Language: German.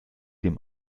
dem